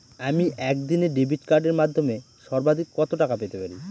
আমি একদিনে ডেবিট কার্ডের মাধ্যমে সর্বাধিক কত টাকা পেতে পারি?